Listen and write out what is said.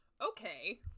Okay